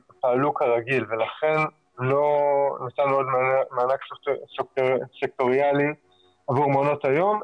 הם פעלו כרגיל ולכן לא נתנו מענק סקטוריאלי עבור מעונות היום,